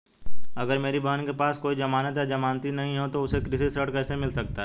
अगर मेरी बहन के पास कोई जमानत या जमानती नहीं है तो उसे कृषि ऋण कैसे मिल सकता है?